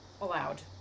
allowed